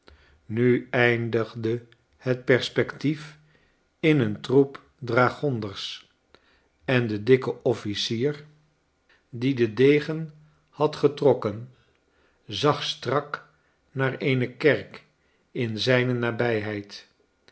nu eindigde het perspectief in een troep dragonders en de dikke officier die den degen had getrokken zag strak naar eene kerk in zijne nabijheid